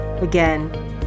Again